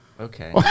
Okay